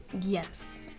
Yes